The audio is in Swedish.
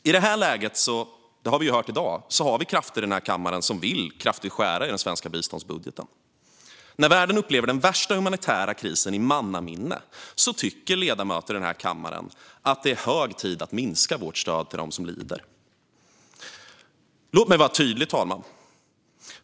I det här läget finns det krafter i den här kammaren som vill skära kraftigt i den svenska biståndsbudgeten; det har vi hört i dag. När världen upplever den värsta humanitära krisen i mannaminne tycker ledamöter i den här kammaren att det är hög tid att minska vårt stöd till dem som lider. Låt mig vara tydlig, fru talman.